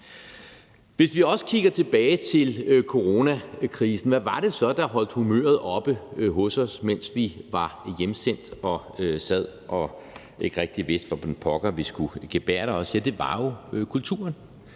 Hvis vi kigger tilbage til coronakrisen, hvad var det så, der holdt humøret oppe hos os, mens vi var hjemsendt og sad og ikke rigtig vidste, hvordan pokker vi skulle gebærde os? Ja, det var jo kulturen.